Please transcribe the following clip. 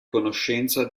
conoscenza